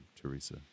Teresa